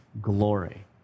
glory